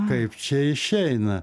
kaip čia išeina